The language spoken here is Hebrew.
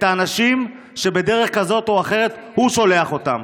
האנשים שבדרך כזאת או אחרת הוא שולח אותם.